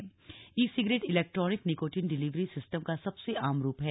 ई cigarette electronic nicotine delivery system का सबसे आम रूप है